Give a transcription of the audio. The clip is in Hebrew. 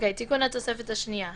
תיקון התוספת השנייה.